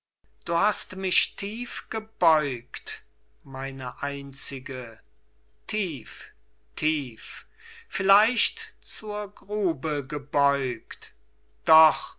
lieben du hast mich tief gebeugt meine einzige tief tief vielleicht zur grube gebeugt doch